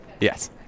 yes